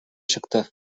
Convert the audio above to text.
çıktı